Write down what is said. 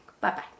Bye-bye